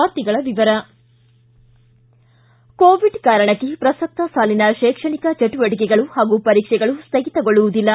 ವಾರ್ತೆಗಳ ವಿವರ ಕೋವಿಡ್ ಕಾರಣಕ್ಕೆ ಪ್ರಸಕ್ತ ಸಾಲಿನ ಶೈಕ್ಷಣಿಕ ಚಟುವಟಕೆಗಳು ಹಾಗೂ ಪರೀಕ್ಷೆಗಳು ಸ್ವಗಿತಗೊಳ್ಳುವುದಿಲ್ಲ